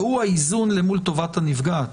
והוא האיזון למול טובת הנפגעת.